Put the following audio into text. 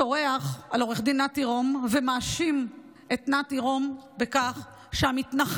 צורח על עו"ד נתי רום ומאשים את נתי רום בכך שהמתנחלים,